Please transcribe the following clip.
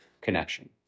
connection